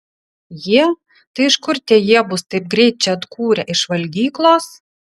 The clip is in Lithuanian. jie tai iš kur tie jie bus taip greit čia atkūrę iš valgyklos